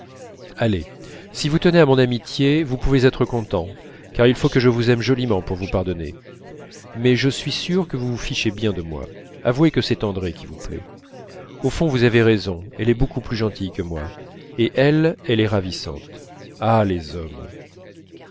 allez si vous tenez à mon amitié vous pouvez être content car il faut que je vous aime joliment pour vous pardonner mais je suis sûre que vous vous fichez bien de moi avouez que c'est andrée qui vous plaît au fond vous avez raison elle est beaucoup plus gentille que moi et elle est ravissante ah les hommes